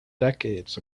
decades